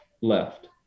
left